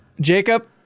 Jacob